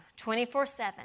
24-7